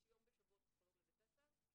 יש יום בשבוע פסיכולוג לבית ספר,